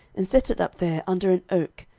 and set it up there under an oak,